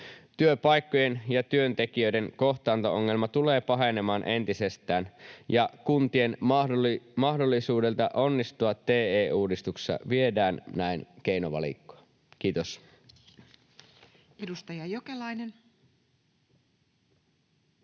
Työpaikkojen ja työntekijöiden kohtaanto-ongelma tulee pahenemaan entisestään, ja kuntien mahdollisuudelta onnistua TE-uudistuksessa viedään näin keinovalikkoa. — Kiitos. Edustaja Jokelainen.